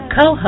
co